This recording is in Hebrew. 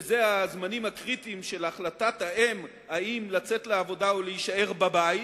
ואלה הזמנים הקריטיים של החלטת האם לצאת לעבודה או להישאר בבית,